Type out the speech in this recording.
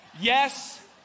Yes